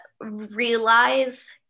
realize